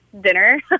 dinner